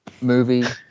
movie